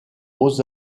beaux